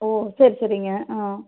ஓ சரி சரிங்க ஆ